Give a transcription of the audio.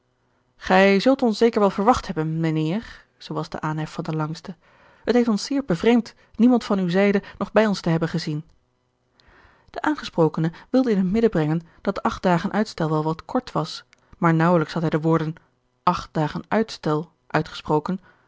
gij zult ons zeker wel verwacht hebben mijnheer zoo was de aanhef van den langste het heeft ons zeer bevreemd niemand van uwe zijde nog bij ons te hebben gezien de aangesprokene wilde in het midden brengen dat acht dagen uitstel wel wat kort was maar naauwelijks had hij de woorden acht dagen uitstel uitgesproken